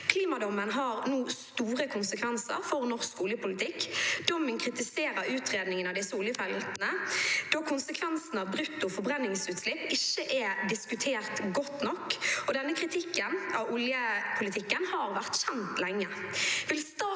Klimadommen har nå store konsekvenser for norsk oljepolitikk. Dommen kritiserer utredningene av disse oljefeltene, da konsekvensen av brutto forbrenningsutslipp ikke er diskutert godt nok. Denne kritikken av oljepolitikken har vært kjent lenge.